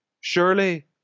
Surely